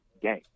game